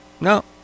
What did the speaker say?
no